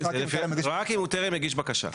רק אם טרם הגיש בקשה.